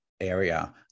area